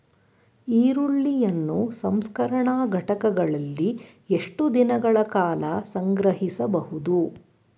ಈರುಳ್ಳಿಯನ್ನು ಸಂಸ್ಕರಣಾ ಘಟಕಗಳಲ್ಲಿ ಎಷ್ಟು ದಿನಗಳ ಕಾಲ ಸಂಗ್ರಹಿಸಬಹುದು?